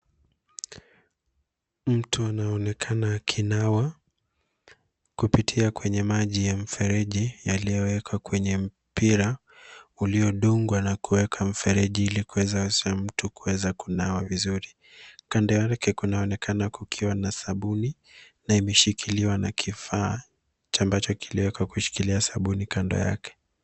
Mtu anaonekana akinawa kupitia kwenye maji ya mfereji yaliyowekwa kwenye mpira uliodungwa na kuwekwa mfereji ili kuwezesha mtu kunawa vizuri. Kando kunaonekana kukiwa na sabuni na imeshikiliwa na kifaa ambacho kiliwekwa kushikilia sabuni kando yake.